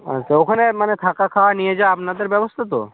আচ্ছা ওখানে মানে থাকা খাওয়া নিয়ে যাওয়া আপনাদের ব্যবস্থা তো